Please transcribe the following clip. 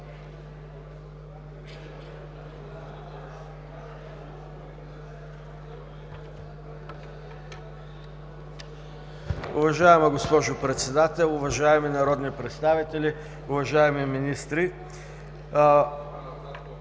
Уважаема госпожо Председател, уважаеми народни представители, уважаеми министри!